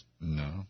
No